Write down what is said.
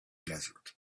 desert